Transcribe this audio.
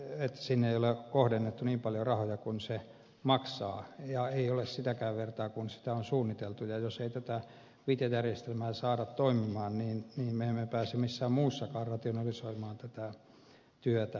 sinne ei ole kohdennettu niin paljon rahoja kuin se maksaa eikä ole sitäkään vertaa kun sitä on suunniteltu ja jos ei tätä vitja järjestelmää saada toimimaan niin me emme pääse missään muussakaan rationalisoimaan tätä työtä